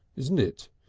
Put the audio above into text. isn't it?